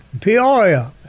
Peoria